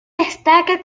destaca